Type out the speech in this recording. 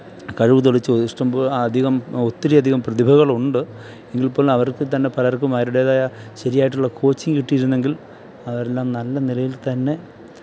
കഴിവു തെളിയിച്ച ഇഷ്ടം പോ അധികം ഒത്തിരി അധികം പ്രതിഭകളുണ്ട് എങ്കിൽ പോലും അവർക്കു തന്നെ പലർക്കും അവരുടേതായ ശരിയായിട്ടുള്ള കോച്ചിംഗ് കിട്ടിയിരുന്നെങ്കിൽ അവരെല്ലാം നല്ല നിലയിൽ തന്നെ